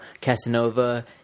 Casanova